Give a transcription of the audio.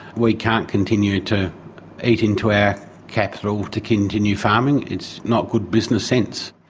we can't continue to eat into our capital to continue farming, it's not good business sense.